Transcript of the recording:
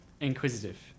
inquisitive